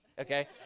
okay